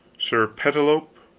sir pertilope,